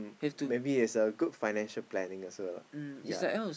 maybe is a good financial planning also lah ya